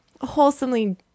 wholesomely